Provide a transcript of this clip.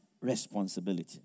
responsibility